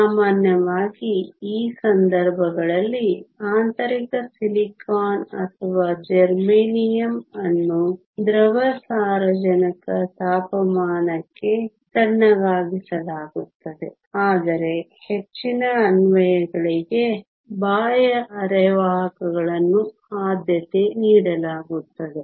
ಸಾಮಾನ್ಯವಾಗಿ ಆ ಸಂದರ್ಭಗಳಲ್ಲಿ ಆಂತರಿಕ ಸಿಲಿಕಾನ್ ಅಥವಾ ಜರ್ಮೇನಿಯಮ್ ಅನ್ನು ದ್ರವ ಸಾರಜನಕ ತಾಪಮಾನಕ್ಕೆ ತಣ್ಣಗಾಗಿಸಲಾಗುತ್ತದೆ ಆದರೆ ಹೆಚ್ಚಿನ ಅನ್ವಯಗಳಿಗೆ ಬಾಹ್ಯ ಅರೆವಾಹಕಗಳನ್ನು ಆದ್ಯತೆ ನೀಡಲಾಗುತ್ತದೆ